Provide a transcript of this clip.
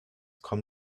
komm